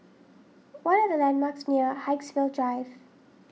what are the landmarks near Haigsville Drive